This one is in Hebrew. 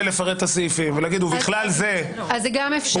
לפרט את הסעיפים ולהגיד "ובכלל זה" -- אז זה גם אפשר.